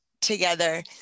together